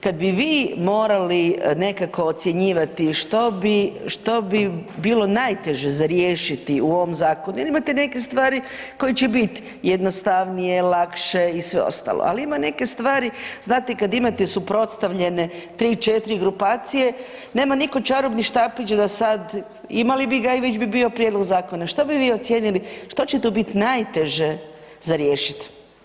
Kad bi vi morali nekako ocjenjivati što bi, što bi bilo najteže za riješiti u ovoj zakonu, jer imate neke stvari koje će bit jednostavnije, lakše i sve ostalo, ali ima neke stvari znate kad imate suprotstavljene 3-4 grupacije, nema niko čarobni štapić da sad, imali bi ga i već bi bio prijedlog zakona, što bi vi ocijenili što će tu bit najteže za riješit?